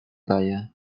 daje